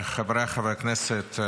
חבריי חברי הכנסת,